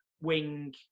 wing